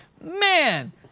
Man